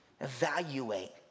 evaluate